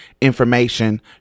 information